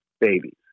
babies